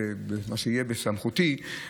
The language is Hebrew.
מה שיהיה בסמכותי,